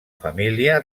família